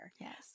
Yes